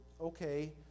okay